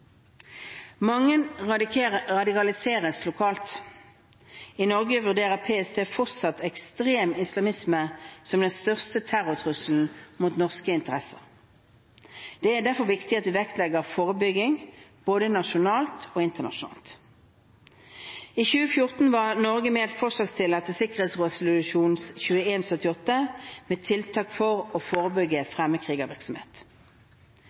Mange radikaliseres lokalt. I Norge vurderer PST fortsatt ekstrem islamisme som den største terrortrusselen mot norske interesser. Det er derfor viktig at vi vektlegger forebygging – både nasjonalt og internasjonalt. I 2014 var Norge medforslagsstiller til sikkerhetsrådsresolusjon 2178, med tiltak for å forebygge